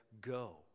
Go